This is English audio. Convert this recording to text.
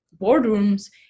boardrooms